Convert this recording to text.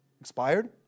expired